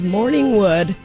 Morningwood